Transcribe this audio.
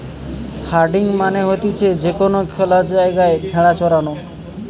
herding মানে হতিছে যে কোনো খ্যালা জায়গায় ভেড়া চরানো